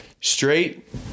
straight